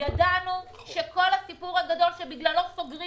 ידענו שכל הסיפור הגדול שבגללו סוגרים